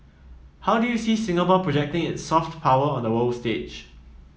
how do you see Singapore projecting its soft power on the world stage